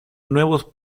nuevos